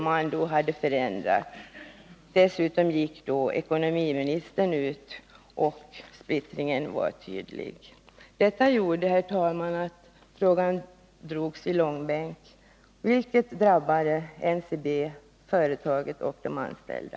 Men då hade summan förändrats. Dessutom gick ekonomiministern ut i debatten, och splittringen var tydlig. Detta gjorde, herr talman, att frågan drogs i långbänk, vilket drabbade NCB - både företaget och de anställda.